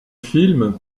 film